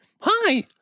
Hi